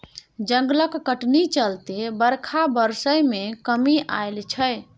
जंगलक कटनी चलते बरखा बरसय मे कमी आएल छै